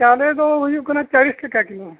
ᱪᱟᱹᱣᱞᱮ ᱫᱚ ᱦᱩᱭᱩᱜ ᱠᱟᱱᱟ ᱪᱟᱹᱞᱤᱥ ᱴᱟᱠᱟ ᱠᱤᱞᱳ